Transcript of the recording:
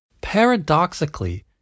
Paradoxically